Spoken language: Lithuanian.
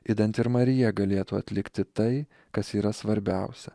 idant ir marija galėtų atlikti tai kas yra svarbiausia